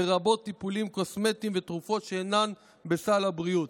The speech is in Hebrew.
לרבות טיפולים קוסמטיים ותרופות שאינם בסל הבריאות.